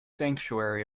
sanctuary